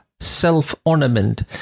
Self-ornament